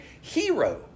hero